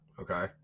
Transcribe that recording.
Okay